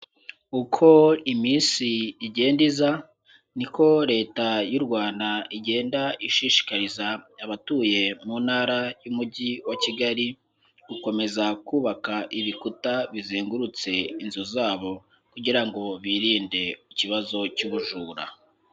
Uko iminsi igenda iza ni ko Leta y'u Rwanda igenda ishishikariza abatuye mu Ntara y'Umugi wa Kigali gukomeza kubaka ibikuta bizengurutse inzu zabo kugira ngo birinde ikibazo cy'ubujura.